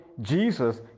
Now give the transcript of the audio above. jesus